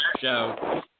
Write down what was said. show